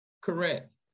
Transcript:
Correct